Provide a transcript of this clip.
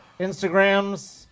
Instagrams